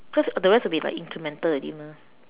cause the rest will be like incremental already mah